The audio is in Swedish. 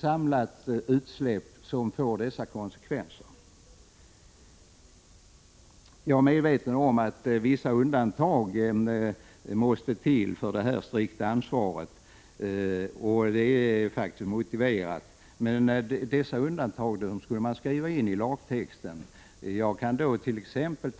samlade utsläpp ger dessa konsekvenser. Jag är medveten om att vissa undantag från det strikta ansvaret måste göras. Men dessa undantag bör skrivas in i lagtexten. Jag kant.ex.